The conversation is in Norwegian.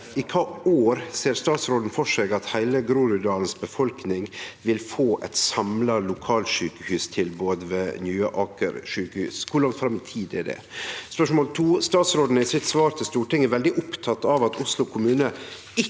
i kva år, ser statsråden for seg at heile Groruddalens befolkning vil få eit samla lokalsjukehustilbod ved nye Aker sjukehus? Kor langt fram i tid er det? Spørsmål to: Statsråden er i sitt svar til Stortinget veldig oppteken av at Oslo kommune